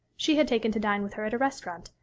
she had taken to dine with her at a restaurant,